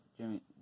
Jimmy